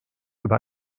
über